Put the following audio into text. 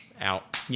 out